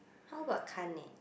how about Kane